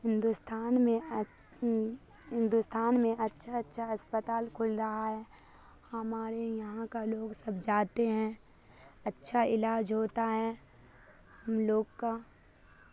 ہندوستان میں اچ ہندوستان میں اچھا اچھا اسپتال کھل رہا ہے ہمارے یہاں کا لوگ سب جاتے ہیں اچھا علاج ہوتا ہے ہم لوگ کا